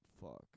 fuck